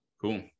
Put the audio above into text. Cool